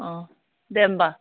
अह दे होमबा